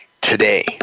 today